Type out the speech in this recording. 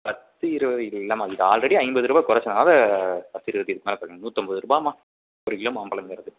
பத்து இருபது இல்லைமா இப்போ ஆல்ரெடி ஐம்பது ரூபா குறைச்சனால பத்து இருபது இதுக்குமேல் குறைக்கமுடியாது நூற்றம்பது ரூபாய்ம்மா ஒரு கிலோ மாம்பழங்றது